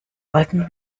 wollten